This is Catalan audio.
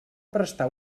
prestar